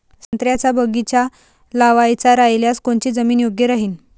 संत्र्याचा बगीचा लावायचा रायल्यास कोनची जमीन योग्य राहीन?